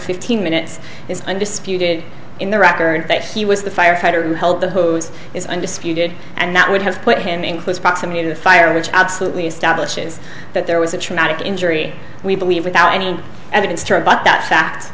fifteen minutes is undisputed in the record that he was the firefighter who held the hose is undisputed and that would have put him in close proximity to the fire which absolutely establishes that there was a traumatic injury we believe without any evidence to rebut that fact